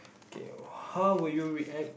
okay how would you react